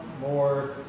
more